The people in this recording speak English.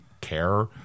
care